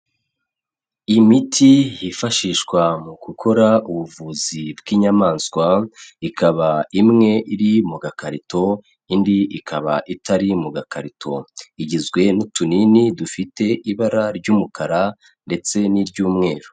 Imiti yifashishwa mu gukora ubuvuzi bw'inyamaswa, ikaba imwe iri mu gakarito indi ikaba itari mu gakarito igizwe n'utunini dufite ibara ry'umukara ndetse n'iry'umweru.